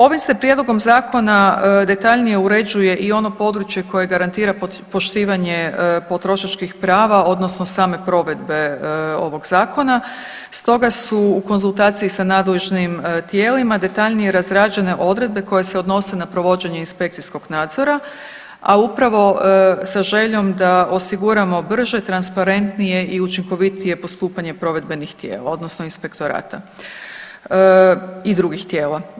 Ovim se prijedlogom zakona detaljnije uređuje i ono područje koje garantira poštivanje potrošačkih prava, odnosno same provedbe ovog Zakona, stoga su u konzultaciji sa nadležnim tijelima detaljnije razrađene odredbe koje se odnose na provođenje inspekcijskog nadzora, a upravo sa željom da osiguramo brže, transparentnije i učinkovitije postupanje provedbenih tijela odnosno inspektorata i drugih tijela.